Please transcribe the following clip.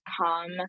come